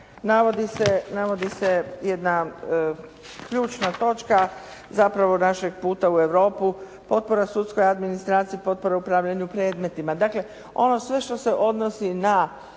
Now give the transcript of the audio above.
navodi npr. jedna ključna točka, zapravo našeg puta u Europu "Potpora sudskoj administraciji", "Potpora upravljanju predmetima". Dakle ono sve što se odnosi na